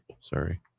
Sorry